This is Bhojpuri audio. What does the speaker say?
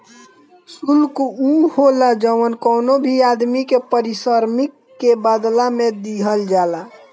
शुल्क उ होला जवन कवनो भी आदमी के पारिश्रमिक के बदला में दिहल जाला